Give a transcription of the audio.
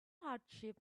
hardship